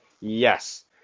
Yes